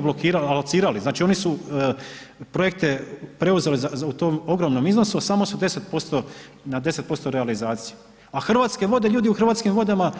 blokirali, alocirali, znači oni su projekte preuzeli u tom ogromnom iznosu, a samo su 10%, na 10% realizacije, a Hrvatske vode, ljudi u Hrvatskim vodama,